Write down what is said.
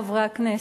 חברי חברי הכנסת,